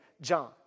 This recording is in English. John